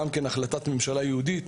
גם כן בהחלטת ממשלה ייעודית,